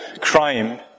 crime